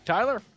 Tyler